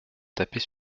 taper